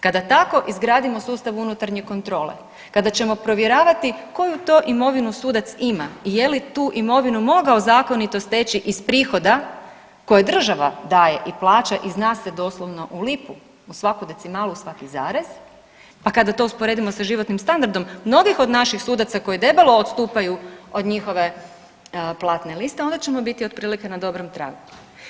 Kada tako izgradimo sustav unutarnje kontrole, kada ćemo provjeravati koju to imovinu sudac ima i je li tu imovinu mogao zakonito steći iz prihoda koje država daje i plaća i zna se doslovno u lipu, u svaku decimalu, u svaki zarez, pa kada to usporedimo sa životnim standardom mnogih od naših sudaca koji debelo odstupaju od njihove platne liste onda ćemo biti otprilike na dobrom tragu.